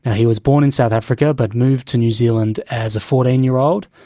he was born in south africa but moved to new zealand as a fourteen year old.